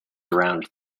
around